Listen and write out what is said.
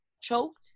choked